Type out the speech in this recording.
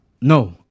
No